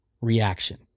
reaction